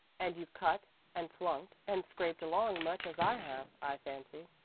and you've cut and flunked and scraped along much as i have, i fancy.